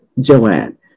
Joanne